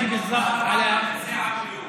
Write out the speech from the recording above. אבו אל-כאמל,